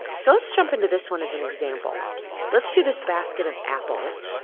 so let's jump into this one as an example let's do this basket of apples.